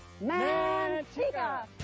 Manteca